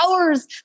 hours